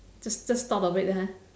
just just thought of it ha